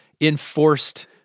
enforced